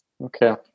Okay